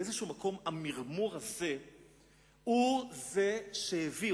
באיזה מקום המרמור הזה הוא זה שהביא,